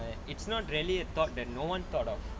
it's not really a thought that no one thought of